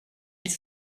ils